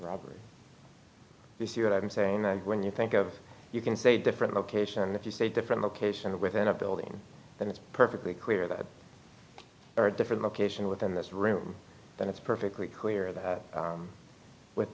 robbery you see what i'm saying when you think of you can say different location if you say a different location to within a building that it's perfectly clear that or a different location within this room then it's perfectly clear that with